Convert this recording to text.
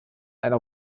einer